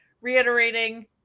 reiterating